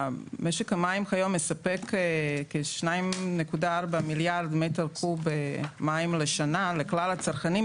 משק המים היום מספק כ-2.4 מיליארד מטר קוב מים לשנה לכלל הצרכנים,